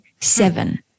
seven